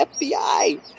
FBI